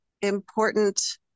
important